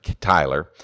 Tyler